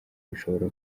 bishobora